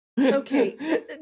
Okay